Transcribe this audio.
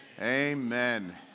amen